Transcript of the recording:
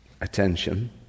attention